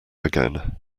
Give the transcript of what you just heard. again